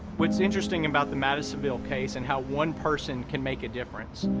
what's interesting about the madisonville case and how one person can make a difference,